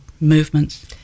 movements